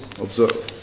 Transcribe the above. observe